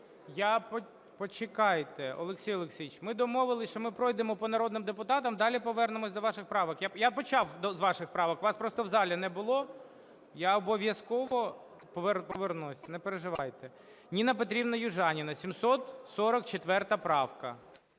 Почекайте, Олексій Олексійович, ми домовились, що ми пройдемо по народним депутатам, далі повернемося до ваших правок. Я почав з ваших правок, вас просто в залі не було. Я обов'язково повернусь, не переживайте. Ніна Петрівна Южаніна, 744 правка.